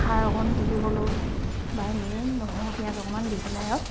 খাৰ অকণ দি হ'লেও বা এনেই নহৰু পিয়াজ অকণ দি পেলাই আৰু